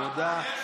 תודה.